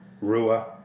Rua